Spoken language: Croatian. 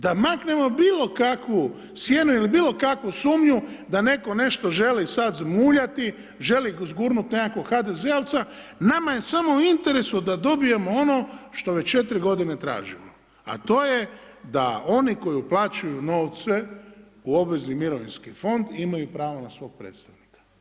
Da maknemo bilokakvu sjenu ili bilokakvu sumnju da netko nešto želi sad zmuljati, želi gurnut nekakvog HDZ-ovca, nama je sami u interesu da dobijemo ono što već 4 g. tražimo a to je da oni koji uplaćuju novce u obvezni mirovinski fond, imaju pravu na svog predstavnika.